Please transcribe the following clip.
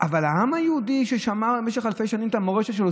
אבל העם היהודי ששמר במשך אלפי שנים את המורשת שלו,